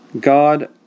God